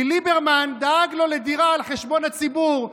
כי ליברמן דאג לו לדירה על חשבון הציבור,